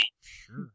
Sure